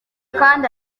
kandi